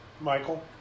Michael